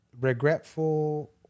regretful